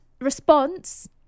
response